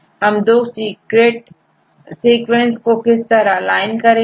कि हम दो सीक्रेट को किस तरह एलाइन करें